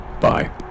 bye